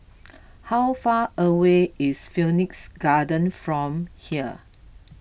how far away is Phoenix Garden from here